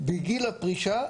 בגיל הפרישה,